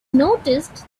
noticed